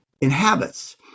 inhabits